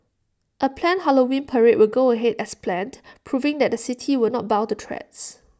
A planned Halloween parade will go ahead as planned proving that the city would not bow to threats